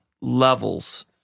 levels